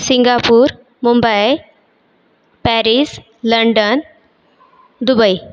Singapore Mumbai Paris London Dubai